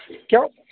کیٛاہ